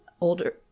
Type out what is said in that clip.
older